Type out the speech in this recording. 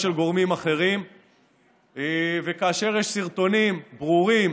גורמים אחרים וכאשר יש סרטונים ברורים